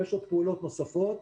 יש עוד פעולות נוספות.